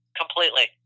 completely